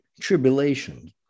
tribulation